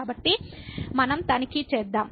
కాబట్టి మనం తనిఖీ చేద్దాం